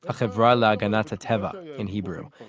ah ha'hevra le'haganat ha'teva, in hebrew.